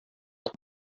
out